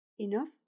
enough